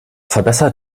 verbessert